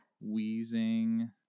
wheezing